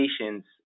patients